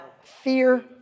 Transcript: fear